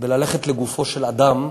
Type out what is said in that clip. בללכת לגופו של אדם,